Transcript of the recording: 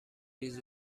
ریز